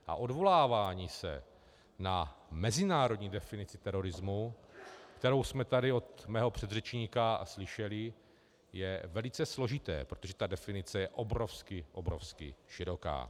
A odvolávání se na mezinárodní definici terorismu, kterou jsme tady od mého předřečníka slyšeli, je velice složité, protože ta definice je obrovsky široká.